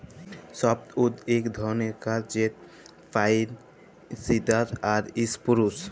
softwood ইক ধরলের কাঠ যেট পাইল, সিডার আর ইসপুরুস